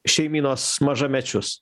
šeimynos mažamečius